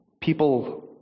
people